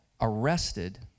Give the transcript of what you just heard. arrested